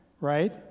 right